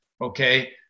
Okay